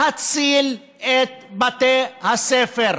להציל את בתי הספר.